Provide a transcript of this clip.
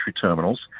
terminals